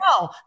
no